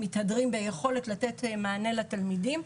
מתהדרים ביכולת לתת מענה לתלמידים.